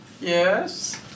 Yes